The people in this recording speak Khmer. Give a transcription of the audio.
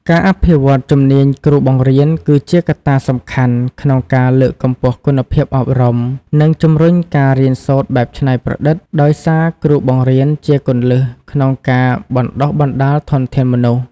ការអភិវឌ្ឍន៍ជំនាញគ្រូបង្រៀនគឺជាកត្តាសំខាន់ក្នុងការលើកកម្ពស់គុណភាពអប់រំ និងជំរុញការរៀនសូត្របែបច្នៃប្រឌិត ដោយសារគ្រូបង្រៀនជាគន្លឹះក្នុងការបណ្តុះបណ្តាលធនធានមនុស្ស។